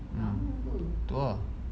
mm betul ah